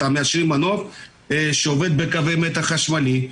הם מאשרים מנוף שעובד בין קווי מתח חשמלי,